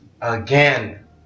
again